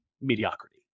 mediocrity